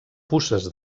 puces